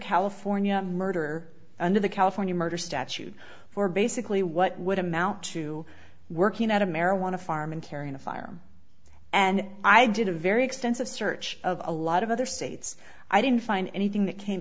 california murder under the california murder statute for basically what would amount to working at a marijuana farm and carrying a firearm and i did a very extensive search of a lot of other states i didn't find anything that came